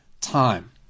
time